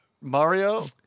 Mario